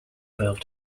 built